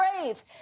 brave